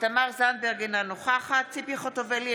אינה נוכחת ציפי חוטובלי,